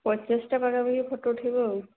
ପଚାଶଟା ପାଖାପାଖି ଫଟୋ ଉଠାଇବ ଆଉ